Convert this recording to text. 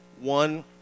one